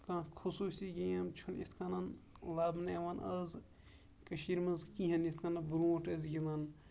کانہہ خصوٗصی گیم چھُ نہٕ یِتھ کَنۍ لبنہٕ یِوان آز کٔشیٖر منٛز کِہینۍ یِتھ کَنۍ برونٹھ ٲسۍ گِندان